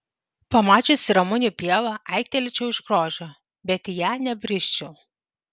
pamačiusi ramunių pievą aiktelėčiau iš grožio bet į ją nebrisčiau